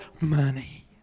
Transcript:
Money